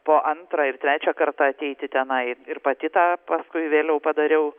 po antrą ir trečią kartą ateiti tenai ir pati tą paskui vėliau padariau